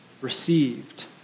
received